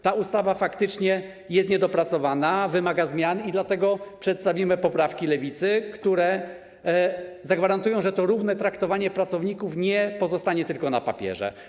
Ta ustawa faktycznie jest niedopracowana, wymaga zmian i dlatego przedstawimy poprawki Lewicy, które zagwarantują, że to równe traktowanie pracowników nie pozostanie tylko na papierze.